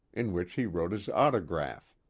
in which he wrote his autograph.